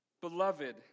beloved